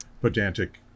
pedantic